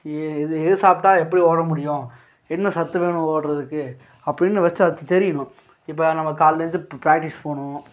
ஏ எது எது சாப்பிட்டா எப்படி ஓட முடியும் என்ன சத்து வேணும் ஓடுறதுக்கு அப்படின்னு வச்சா அது தெரியணும் இப்போ நம்ம காலைலருந்து ப் ப்ராக்ட்டிஸ் போகணும்